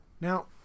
Now